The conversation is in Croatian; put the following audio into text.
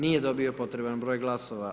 Nije dobio potreban broj glasova.